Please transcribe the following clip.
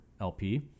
LP